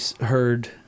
heard